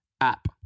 app